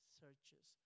searches